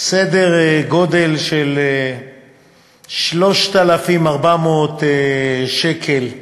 סדר גודל של 3,400 שקל מענק,